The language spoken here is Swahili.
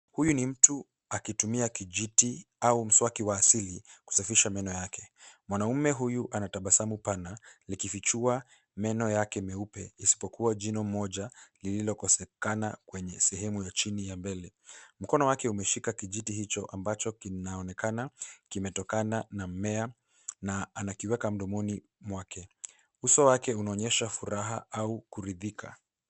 Huyu ni mtu akitumia kijiti au mswaki wa asili, kusafisha meno yake. Mwanaume huyu ana tabasamu pana, likifichua meno yake meupe, isipokua jino moja lililokosekana kwenye sehemu ya chini ya mbele. Mkono wake umeshika kijiti hicho, ambacho kinaonekana kimetokana na mmea na anakiweka mdomoni mwake. Uso wake unaonyesha furaha au kuridhika.